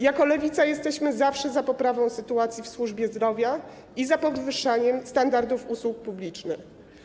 Jako Lewica jesteśmy zawsze za poprawą sytuacji w służbie zdrowia i za podwyższaniem standardów usług publicznych.